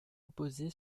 opposée